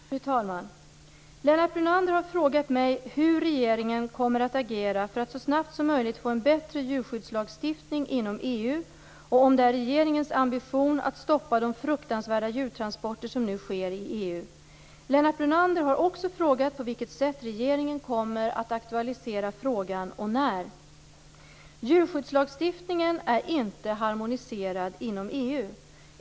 Fru talman! Lennart Brunander har frågat mig hur regeringen kommer att agera för att så snabbt som möjligt få en bättre djurskyddslagstiftning inom EU och om det är regeringens ambition att stoppa de fruktansvärda djurtransporter som nu sker i EU. Lennart Brunander har också frågat på vilket sätt regeringen kommer att aktualisera frågan och när. Djurskyddslagstiftningen är inte harmoniserad inom EU.